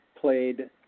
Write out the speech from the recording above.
played